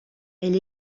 elle